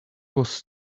was